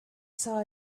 saw